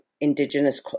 Indigenous